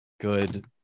Good